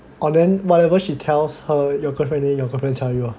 orh then whatever she tells her your girlfriend then tell you